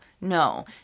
no